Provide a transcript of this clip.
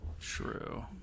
True